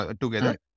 together